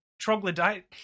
troglodyte